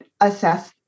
assess